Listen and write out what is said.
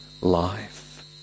life